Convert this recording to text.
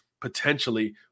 potentially